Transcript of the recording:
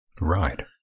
Right